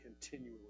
continually